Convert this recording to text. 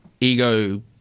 ego